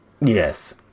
Yes